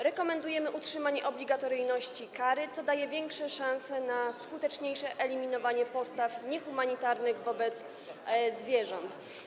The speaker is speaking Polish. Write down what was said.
Rekomendujemy utrzymanie obligatoryjności kary, co daje większe szanse na skuteczniejsze eliminowanie postaw niehumanitarnych wobec zwierząt.